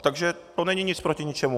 Takže to není nic proti ničemu.